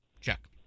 check